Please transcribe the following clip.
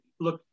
look